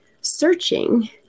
searching